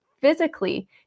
physically